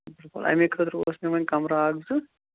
اَمےَ خٲطرٕ اوس مےٚ وۄنۍ کَمرٕ اکھ زٕ